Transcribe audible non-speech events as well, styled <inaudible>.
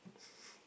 <breath>